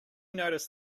notice